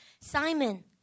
Simon